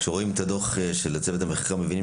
כשרואים את הדוח של צוות המחקר מבינים